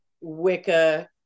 Wicca